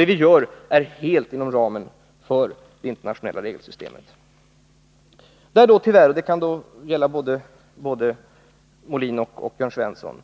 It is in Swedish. Det vi gör ligger helt inom ramen för det internationella regelsystemet, medan de stora och starka, som t.ex. USA — vad jag nu säger kan gälla både Björn Molin och Jörn Svensson